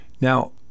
Now